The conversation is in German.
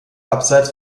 abseits